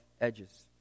edges